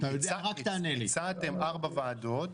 הצעתם 4 ועדות,